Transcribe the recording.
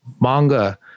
manga